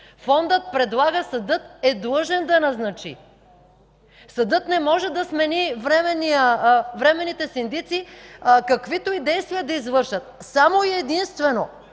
Фондът предлага, а съдът е длъжен да назначи. Съдът не може да смени временните синдици, каквито и действия да извършват. ДАНАИЛ КИРИЛОВ